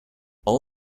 all